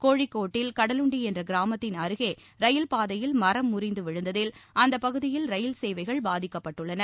கோழிக்கோட்டில் கடலுண்டி என்ற கிராமத்தின் அருகே ரயில்பாதையில் மரம் முறிந்து விழுந்ததில் அந்த பகுதியில் ரயில் சேவைகள் பாதிக்கப்பட்டுள்ளன